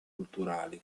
culturali